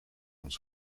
ons